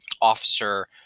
officer